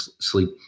sleep